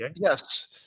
yes